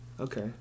Okay